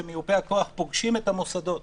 שמיופי הכוח פוגשים את המוסדות.